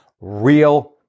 real